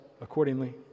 accordingly